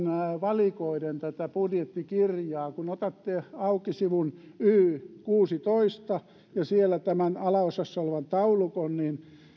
valikoiden tätä budjettikirjaa kun otatte auki sivun y kuusitoista ja siellä tämän alaosassa olevan taulukon niin